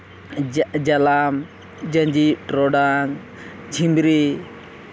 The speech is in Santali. ᱡᱟᱜ ᱡᱟᱞᱟᱢ ᱡᱟᱸᱡᱤ ᱴᱚᱨᱚᱰᱟᱝ ᱡᱷᱤᱸᱵᱨᱤ